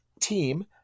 team